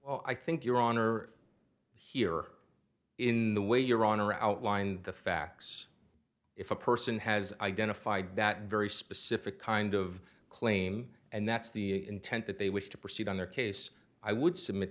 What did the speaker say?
i think your honor here in the way your honor outlined the facts if a person has identified that very specific kind of claim and that's the intent that they wish to proceed on their case i would submit